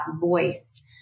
voice